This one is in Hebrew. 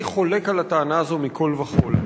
אני חולק על הטענה הזאת מכול וכול.